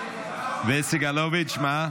וסגלוביץ' מה?